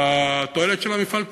בתועלת של המפעל כולו,